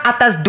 Atas